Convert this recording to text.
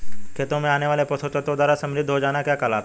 खेतों में आने वाले पोषक तत्वों द्वारा समृद्धि हो जाना क्या कहलाता है?